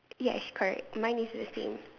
ya it's correct mine is the same